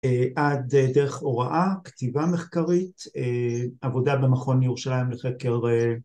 עד דרך הוראה, כתיבה מחקרית, עבודה במכון ירושלים לחקר